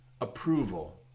approval